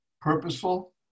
purposeful